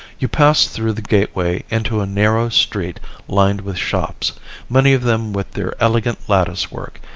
you pass through the gateway into a narrow street lined with shops many of them with their elegant lattice work,